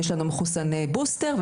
יש לנו מחוסני בוסטר,